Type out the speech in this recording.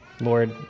Lord